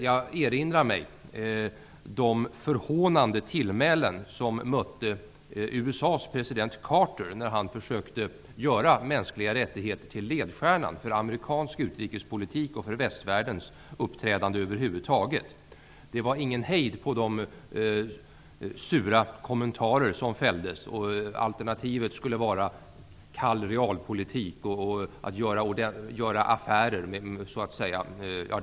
Jag erinrar mig de förhånande tillmälen som mötte USA:s president Carter, när han försökte göra mänskliga rättigheter till ledstjärnan för amerikansk utrikespolitik och för västvärldens uppträdande över huvud taget. Det var ingen hejd på de sura kommentarer som fälldes. Alternativet skulle vara kall realpolitik och att göra affärer med diktaturstater.